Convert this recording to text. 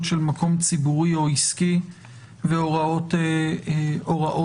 של מקום ציבורי או עסקי והוראות נוספות.